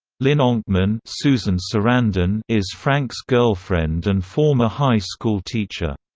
lynn onkman so is and so and and is frank's girlfriend and former high school teacher.